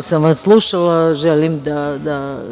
sam vas slušala. Želim da